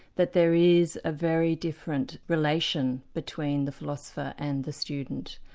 that there is a very different relation between the philosopher and the student,